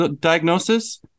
diagnosis